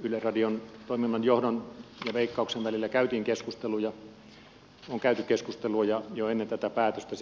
yleisradion toiminnanjohdon ja veikkauksen välillä on käyty keskusteluja jo ennen tätä päätöstä